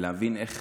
ולהבין איך